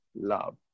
love